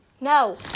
No